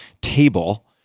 table